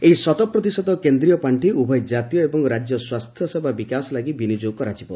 ଏହି ଶତପ୍ରତିଶତ କେନ୍ଦ୍ରୀୟ ପାଖି ଉଭୟ ଜାତୀୟ ଏବଂ ରାଜ୍ୟ ସ୍ୱାସ୍ସ୍ୟସେବା ବିକାଶ ଲାଗି ବିନିଯୋଗ କରାଯିବ